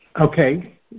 Okay